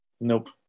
Nope